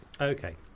Okay